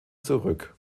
zurück